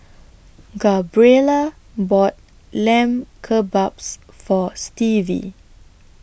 Gabriela bought Lamb Kebabs For Stevie